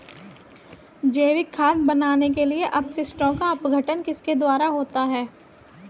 जैविक खाद बनाने के लिए अपशिष्टों का अपघटन किसके द्वारा होता है?